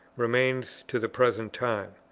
remains to the present time.